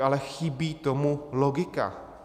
Ale chybí tomu logika.